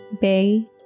Bay